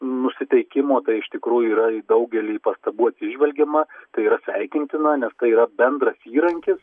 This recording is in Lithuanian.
nusiteikimo tai iš tikrųjų yra į daugelį pastabų atsižvelgiama tai yra sveikintina nes tai yra bendras įrankis